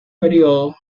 período